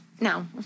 No